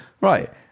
Right